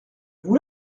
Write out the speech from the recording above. vous